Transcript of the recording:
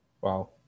Wow